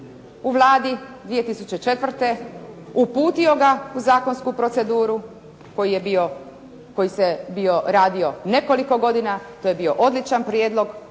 u Vladi 2004. uputio ga u zakonsku proceduru koji se bio radio nekoliko godina, to je bio odličan prijedlog,